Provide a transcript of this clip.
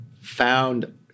found